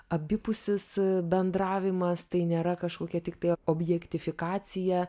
abipusis bendravimas tai nėra kažkokia tiktai objektifikacija